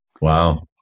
Wow